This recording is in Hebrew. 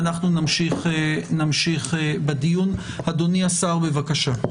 אדוני השר, בבקשה.